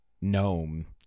gnome